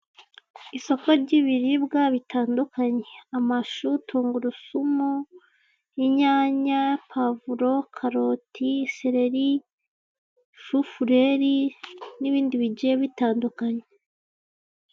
Isoko ry'ibiribwa bitandukanye amashu, tungurusumu, inyanya, pavuro, karoti, sereri, shufureri n'ibindi bigiye bitandukanye.